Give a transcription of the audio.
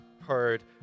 heard